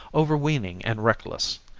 overweening and reckless.